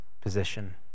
position